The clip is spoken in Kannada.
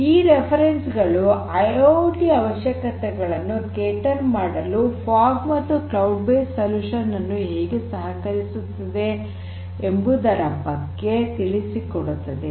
ಈ ರೆಫರೆನ್ಸ್ ಗಳು ಐಐಓಟಿ ನ ಅವಶ್ಯಕತೆಗಳನ್ನು ಪೂರೈಕೆ ಮಾಡಲು ಫಾಗ್ ಮತ್ತು ಕ್ಲೌಡ್ ಬೇಸ್ಡ್ ಪರಿಹಾರ ಹೇಗೆ ಸಹಕರಿಸುತ್ತವೆ ಎಂಬುದರ ಬಗ್ಗೆ ತಿಳಿಸಿಕೊಡುತ್ತವೆ